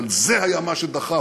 אבל זה היה מה שדחף